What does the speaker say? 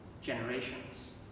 generations